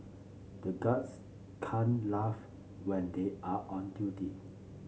the guards can't laugh when they are on duty